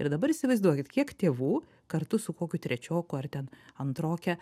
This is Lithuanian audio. ir dabar įsivaizduokit kiek tėvų kartu su kokiu trečioku ar ten antroke